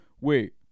Wait